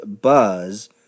Buzz